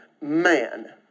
Man